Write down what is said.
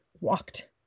walked